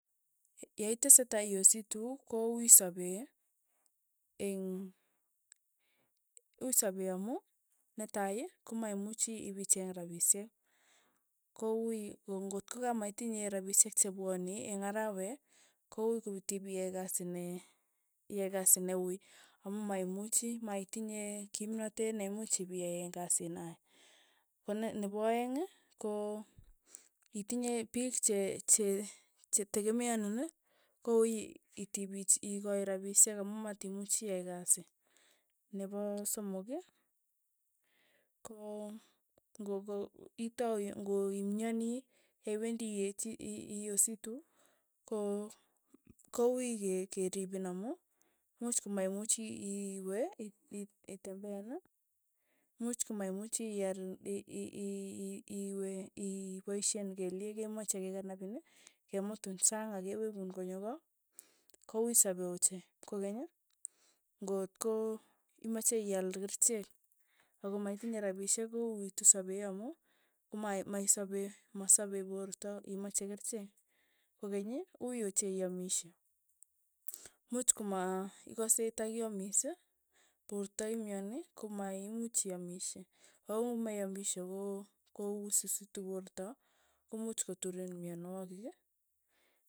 Yaitese tai iosittu ko uuy sapee eng' uuy sapee amu netai, komaimuchi ipicheeng rapishe, ko uuy ko ng'ot koka maitinye rapishek chepwani eng' arawe, ko uuy ko tipiyai kasi ne iyai kasi ne uuy, amu maimuchi maitinye kimnaten ne imuuch ipiyae kasii nae, kone nepo aeng', ko itinye piich che- che- chetekemeanin, ko ii tipiich ikai rapishek amu matimuchi iyae kasi, nepo somok ko ng'okoitau ng'oimyani yewendi iechi iiositu, ko kouuy ke keripin amu much komaimuchi iiwe i- iip itembean, much komaimuchi iar ii- ii- i- iwe i- i- ipaishen kelyek kemache kekanapin, kemutin sang akewekun konyo ko, ko uuy sapee ochei, kokeny, ng'ot ko imache iaal kerichek. ako maitinye rapishek ko uuitu sape amu koma maisape masape porto yemache kerichek, kokenyi, uuy ochei iaamishe, much koma ikase takiamis, porto imyani, komaimuch iaamishe, ako ng'omaiamishe ko kowisisitu porto, ko muuch kotulin myonwogik.